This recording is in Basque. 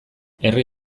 herri